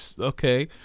Okay